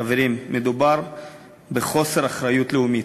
חברים, מדובר בחוסר אחריות לאומית,